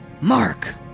Mark